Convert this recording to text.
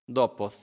dopo